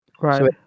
Right